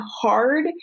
hard